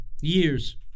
years